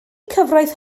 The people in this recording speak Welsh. cyfraith